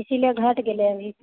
इसीलिए घटि गेलै अभी